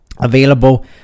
available